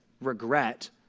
regret